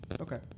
Okay